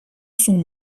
son